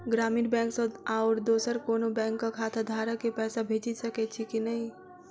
ग्रामीण बैंक सँ आओर दोसर कोनो बैंकक खाताधारक केँ पैसा भेजि सकैत छी की नै?